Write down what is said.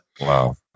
Wow